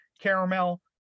caramel